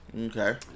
Okay